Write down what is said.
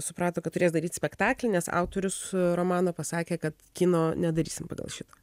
suprato kad turės daryt spektaklį nes autorius romano pasakė kad kino nedarysim pagal šitą